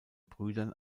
brüdern